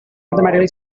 mathematical